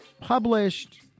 published